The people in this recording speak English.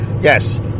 Yes